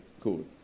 Cool